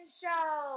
show